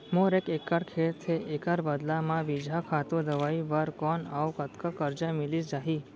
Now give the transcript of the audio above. मोर एक एक्कड़ खेत हे, एखर बदला म बीजहा, खातू, दवई बर कोन अऊ कतका करजा मिलिस जाही?